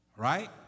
Right